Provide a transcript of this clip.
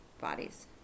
bodies